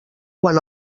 quan